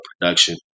production